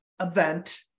event